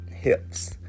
hips